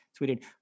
tweeted